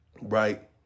right